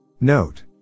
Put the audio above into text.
Note